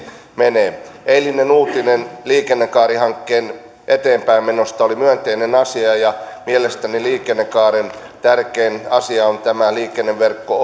menee eilinen uutinen liikennekaarihankkeen eteenpäinmenosta oli myönteinen asia ja mielestäni liikennekaaren tärkein asia on tämä liikenneverkko